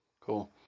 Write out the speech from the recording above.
Cool